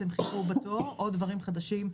אפשר לראות באופן מוחשי איך מתחיל עידן חדש,